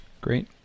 Great